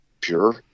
pure